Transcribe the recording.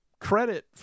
credit